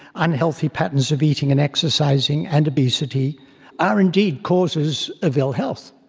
unhealthy patterns of eating and exercising, and obesity are indeed causes of ill-health.